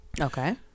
okay